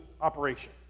operation